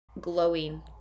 glowing